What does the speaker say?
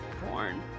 porn